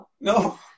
No